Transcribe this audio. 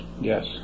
Yes